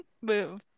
move